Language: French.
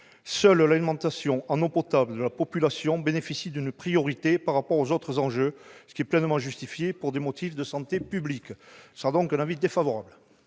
Seule l'alimentation en eau potable de la population bénéficie d'une priorité par rapport aux autres enjeux, ce qui est pleinement justifié par des motifs de santé publique. L'avis est défavorable.